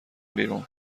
بیرون